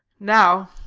now,